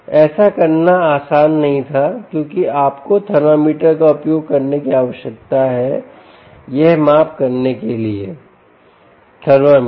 ऐसा करना आसान नहीं था क्योंकि आपको थर्मामीटर का उपयोग करने की आवश्यकता है यह माप करने के लिए थर्मामीटर